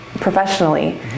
professionally